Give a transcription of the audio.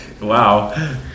wow